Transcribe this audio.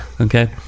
Okay